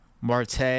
Marte